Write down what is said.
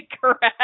correct